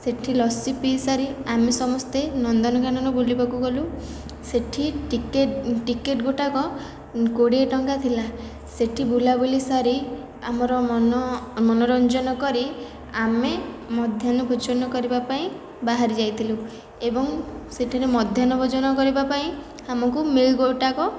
ସେଠି ଲସି ପିଇ ସାରି ଆମେ ସମସ୍ତେ ନନ୍ଦନକାନନ ବୁଲିବାକୁ ଗଲୁ ସେଠି ଟିକେଟ୍ ଟିକେଟ୍ ଗୋଟାକ କୋଡ଼ିଏ ଟଙ୍କା ଥିଲା ସେଠି ବୁଲା ବୁଲି ସାରି ଆମର ମନ ମନୋରଞ୍ଜନ କରି ଆମେ ମଧ୍ୟାନ୍ନ ଭୋଜନ କରିବା ପାଇଁ ବାହାରି ଯାଇଥିଲୁ ଏବଂ ସେଠାରେ ମଧ୍ୟାନ୍ନ ଭୋଜନ କରିବା ପାଇଁ ଆମକୁ ମିଲ୍ ଗୋଟାକ